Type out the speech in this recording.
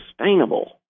sustainable